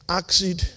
acid